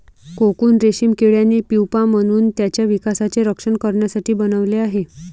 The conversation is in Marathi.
कोकून रेशीम किड्याने प्युपा म्हणून त्याच्या विकासाचे रक्षण करण्यासाठी बनवले आहे